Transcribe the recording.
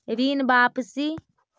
ऋण वापसी?